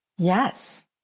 Yes